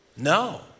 No